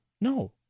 No